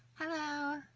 hello!